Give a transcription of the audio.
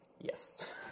yes